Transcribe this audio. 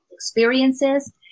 experiences